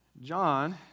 John